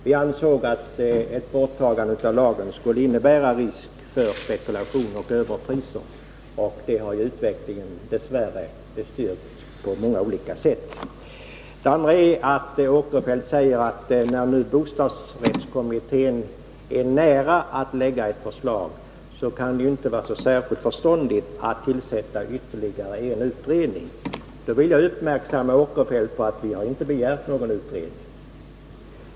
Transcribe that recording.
Vi ansåg att ett borttagande av lagen skulle innebära risker för spekulation och överpriser, och de farhågorna har utvecklingen dess värre betyrkt på många olika sätt. Vidare säger herr Åkerfeldt att bostadsrättskommittén är nära att lägga fram ett förslag och att det därför inte kan vara särskilt förståndigt att tillsätta en utredning. Jag vill därför uppmärksamma Sven Eric Åkerfeldt på att vi inte har begärt någon utredning.